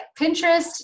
Pinterest